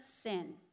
sin